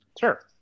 Sure